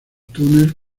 túnel